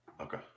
Okay